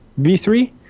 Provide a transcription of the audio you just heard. V3